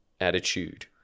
attitude